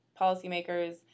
policymakers